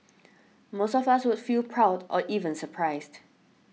most of us would feel proud or even surprised